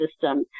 system